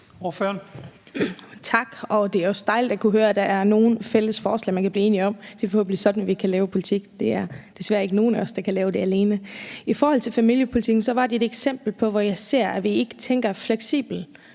(LA): Tak. Det er også dejligt at kunne høre, at der er nogle fælles forslag, man kan blive enige om. Det er forhåbentlig sådan, vi kan lave politik; der er desværre ikke nogen af os, der kan lave det alene. I forhold til familiepolitikken vil jeg sige, at det var et eksempel på noget, hvor jeg ser, at vi ikke tænker fleksible